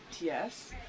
Yes